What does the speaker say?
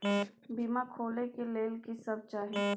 बीमा खोले के लेल की सब चाही?